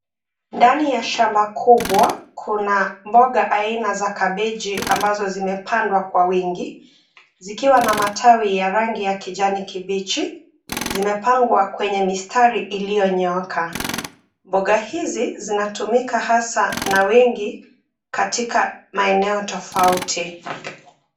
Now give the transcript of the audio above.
Ndani ya shamba kubwa kuna mboga aina za kabeji ambazo zimepandwa kwa wingi zikiwa na matawi ya rangi ya kijani kibichi. Zimepangwa kwenye mistari iliyonyooka. Mboga hizi zinatumika hasa na wengi katika maeneo tofauti.